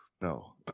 No